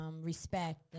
Respect